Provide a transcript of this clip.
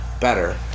better